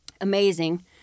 Amazing